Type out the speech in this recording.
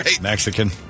Mexican